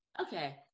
Okay